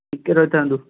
ଟିକେ ରହିଥାନ୍ତୁ